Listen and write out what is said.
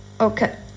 okay